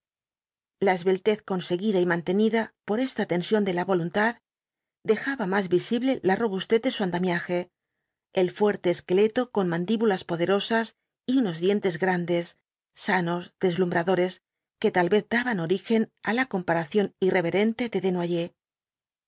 la esbeltez conseguida y mantenida por esta tensión de la voluntad dejaba más visible la robustez de su andamiaje el fuerte esqueleto con mandíbulas poderosas y unos dientes grandes sanos deslumbradores que tal vez daban origen á la comparación irreverente